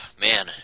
Man